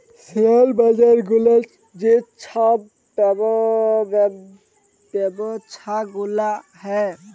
share বাজার গুলার যে ছব ব্যবছা গুলা হ্যয়